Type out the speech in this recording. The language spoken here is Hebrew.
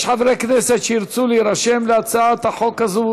חברי כנסת שירצו להירשם להצעת החוק הזאת